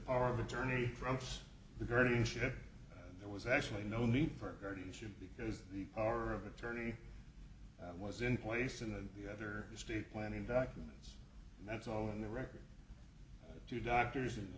power of attorney trumps the guardianship there was actually no need for guardianship because the power of attorney was in place and the other estate planning documents and that's all in the record two doctors